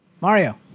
Mario